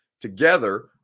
together